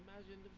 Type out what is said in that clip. Imagine